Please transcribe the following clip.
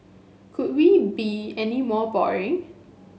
could we be any more boring